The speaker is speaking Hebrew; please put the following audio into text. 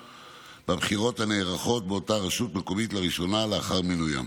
בבחירות הנערכות באותה רשות מקומית לראשונה לאחר מינוים.